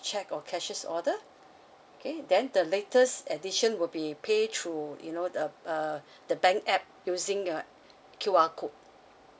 cheque or cashier's order okay then the latest edition will be pay through you know the uh the bank app using a Q_R code